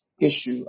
issue